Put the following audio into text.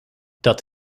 dat